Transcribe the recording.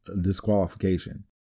disqualification